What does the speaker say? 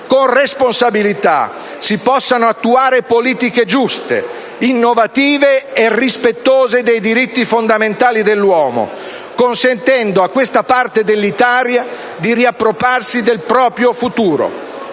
con responsabilità si possano attuare politiche giuste, innovative e rispettose dei diritti fondamentali dell'uomo, consentendo a questa parte dell'Italia di riappropriarsi del proprio futuro.